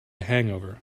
hangover